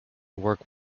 work